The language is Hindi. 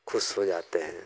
खुश हो जाते हैं